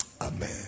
amen